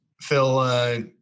Phil